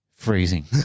Freezing